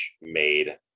made